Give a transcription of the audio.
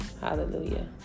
Hallelujah